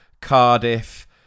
Cardiff